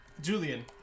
Julian